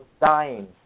dying